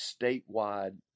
statewide